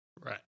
Right